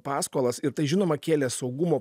paskolas ir tai žinoma kėlė saugumo